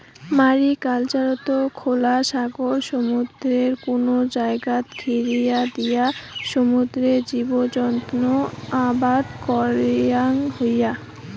ম্যারিকালচারত খোলা সাগর, সমুদ্রর কুনো জাগাত ঘিরিয়া দিয়া সমুদ্রর জীবজন্তু আবাদ করাং হই